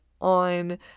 on